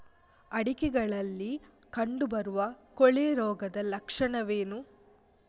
ಅಡಿಕೆಗಳಲ್ಲಿ ಕಂಡುಬರುವ ಕೊಳೆ ರೋಗದ ಲಕ್ಷಣವೇನು?